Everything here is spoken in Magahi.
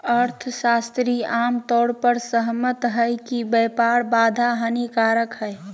अर्थशास्त्री आम तौर पर सहमत हइ कि व्यापार बाधा हानिकारक हइ